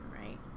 right